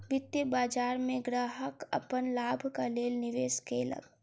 वित्तीय बाजार में ग्राहक अपन लाभक लेल निवेश केलक